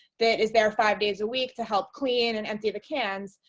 that is there, five days a week to help clean and empty the cans.